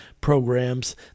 programs